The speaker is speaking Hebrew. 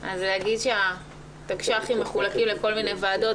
להגיד שהתקש"חים מחולקים לכל מיני ועדות,